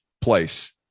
place